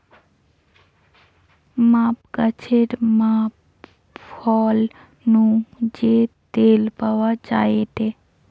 পাম গাছের পাম ফল নু যে তেল পাওয়া যায়টে